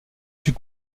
fut